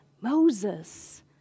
Moses